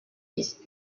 his